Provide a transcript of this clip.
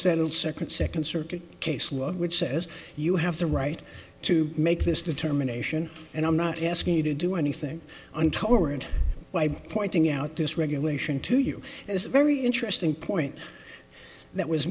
settle second second circuit case law which says you have the right to make this determination and i'm not asking you to do anything on torrent by pointing out this regulation to you it's very interesting point that was